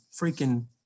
freaking